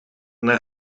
naar